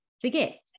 forget